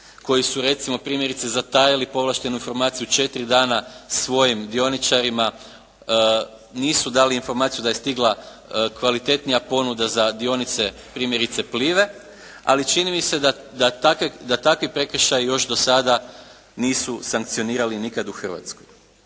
koji su recimo primjerice zatajili povlaštenu informaciju 4 dana svojim dioničarima. Nisu dali informaciju da je stigla kvalitetnija ponuda za dionice, primjerice Plive, ali čini mi se da takvi prekršaji još do sada nisu sankcionirali nikad u Hrvatskoj.